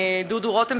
דודו רותם,